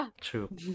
true